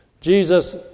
Jesus